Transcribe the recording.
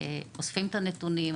אוספים את הנתונים,